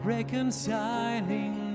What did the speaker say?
Reconciling